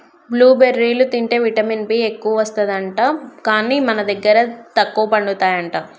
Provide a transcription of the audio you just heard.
blue బెర్రీలు తింటే vitamin B ఎక్కువస్తది అంట, కానీ మన దగ్గర తక్కువ పండుతాయి అంట